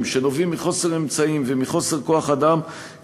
הנובעים מחוסר אמצעים ומחוסר כוח-אדם,